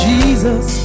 Jesus